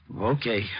okay